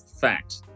fact